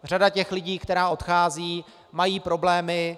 Řada těch lidí, kteří odcházejí, má problémy.